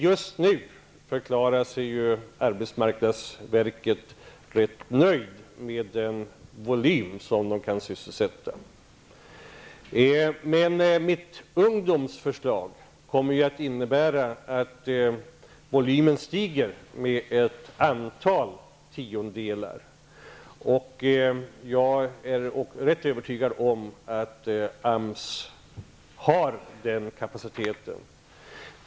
Just nu förklarar sig ju arbetsmarknadsverket rätt nöjt med den volym man kan sysselsätta. Mitt ungdomsförslag kommer att innebära att volymen stiger med ett antal tiondelar. Jag är rätt övertygad om att AMS har den kapaciteten.